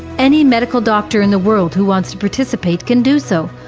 any medical doctor in the world who wants to participate can do so,